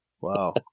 Wow